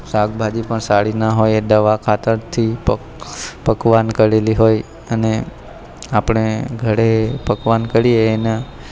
શાકભાજી પણ સારી ના હોય દવા ખાતરથી પકવાન કરેલી હોય અને આપણે ઘરે પકવાન કરીએ એના